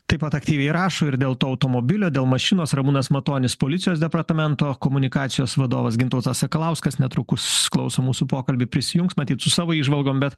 taip pat aktyviai rašo ir dėl to automobilio dėl mašinos ramūnas matonis policijos departamento komunikacijos vadovas gintautas sakalauskas netrukus klauso mūsų pokalbį prisijungs matyt su savo įžvalgom bet